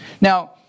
Now